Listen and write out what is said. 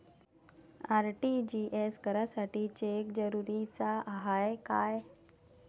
RTGS करासाठी cheque जरुरीचा हाय काय?